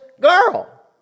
girl